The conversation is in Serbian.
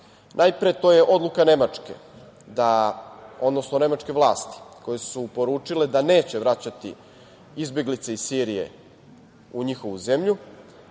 Najpre, to je odluka nemačke vlasti koje su poručile da neće vraćati izbeglice iz Sirije u njihovu zemlju.